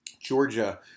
Georgia –